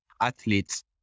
athletes